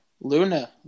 Luna